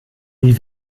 die